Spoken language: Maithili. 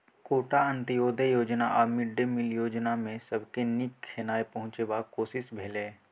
कोटा, अंत्योदय योजना आ मिड डे मिल योजनामे सबके नीक खेनाइ पहुँचेबाक कोशिश भेलै